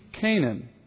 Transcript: Canaan